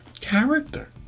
character